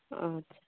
ᱟᱪᱪᱷᱟ